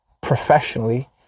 professionally